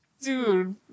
Dude